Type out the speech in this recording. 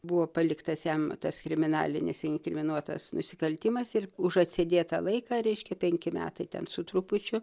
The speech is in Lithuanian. buvo paliktas jam tas kriminalinis inkriminuotas nusikaltimas ir už atsėdėtą laiką reiškia penki metai ten su trupučiu